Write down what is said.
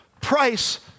price